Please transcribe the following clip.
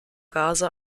gase